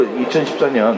2014년